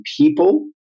people